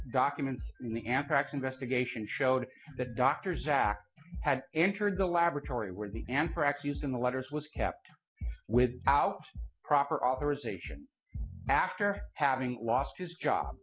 documents in the anthrax investigation showed that dr zack had entered the laboratory where the anthrax used in the letters was kept without proper authorization after having lost his job